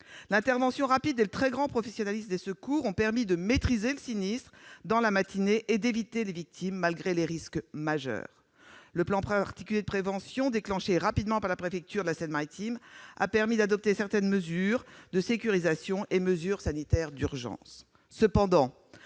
L'intervention rapide et le très grand professionnalisme des secours ont permis de maîtriser le sinistre dans la matinée et d'éviter les victimes, malgré des risques majeurs. Le plan particulier de prévention, déclenché rapidement par la préfecture de Seine-Maritime, a permis d'adopter un certain nombre de mesures de sécurisation et de mesures sanitaires d'urgence.